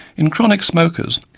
in chronic smokers,